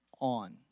on